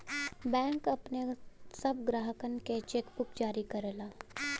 bank अपने सब ग्राहकनके चेकबुक जारी करला